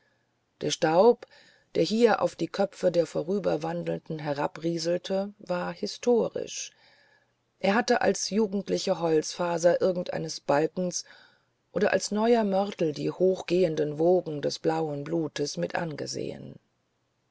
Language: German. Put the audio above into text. der staub der hier auf die köpfe der vorüberwandelnden herabrieselte war historisch er hatte als jugendliche holzfaser irgend eines balkens oder als neuer mörtel die hochgehenden wogen des blauen blutes mit angesehen